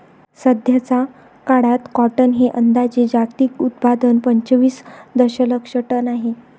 सध्याचा काळात कॉटन हे अंदाजे जागतिक उत्पादन पंचवीस दशलक्ष टन आहे